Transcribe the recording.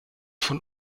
von